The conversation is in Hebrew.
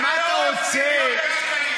מאות מיליוני שקלים,